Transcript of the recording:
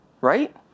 right